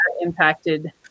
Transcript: impacted